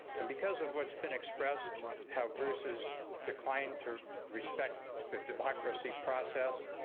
and because of what's been expressed how bruce has declined to respect the democracy process,